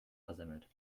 versemmelt